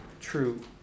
true